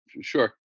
Sure